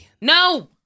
No